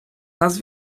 nas